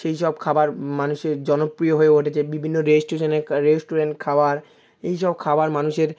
সেইসব খাবার মানুষের জনপ্রিয় হয়ে ওঠে যে বিভিন্ন রেস্ট্যুরেন্টে খা রেস্ট্যুরেন্ট খাবার এইসব খাবার মানুষের